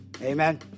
Amen